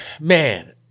man